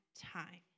time